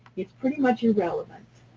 it's pretty much irrelevant,